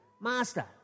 Master